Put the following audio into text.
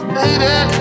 Baby